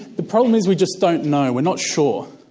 the problem is we just don't know, we're not sure.